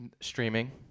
streaming